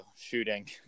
shooting